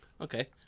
Okay